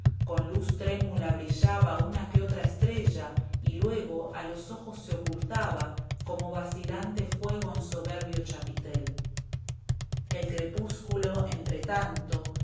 con luz trémula brillaba una i que otra estrella y luego a los ojos se ocultaba i como vacilante fuego en soberbio chapitel el crepúsculo